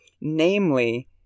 Namely